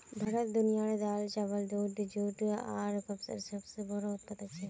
भारत दुनियार दाल, चावल, दूध, जुट आर कपसेर सबसे बोड़ो उत्पादक छे